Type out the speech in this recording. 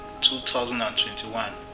2021